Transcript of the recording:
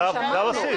זה הבסיס.